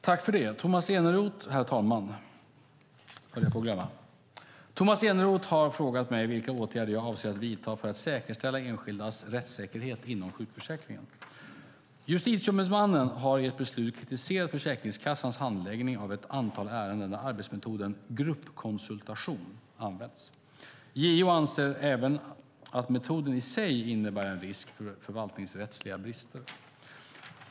Herr talman! Thomas Eneroth har frågat mig vilka åtgärder jag avser att vidta för att säkerställa enskildas rättssäkerhet inom sjukförsäkringen. Justitieombudsmannen har i ett beslut kritiserat Försäkringskassans handläggning av ett antal ärenden där arbetsmetoden gruppkonsultation används. JO anser även att metoden i sig innebär en risk för förvaltningsrättsliga brister.